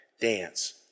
dance